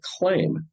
claim